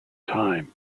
time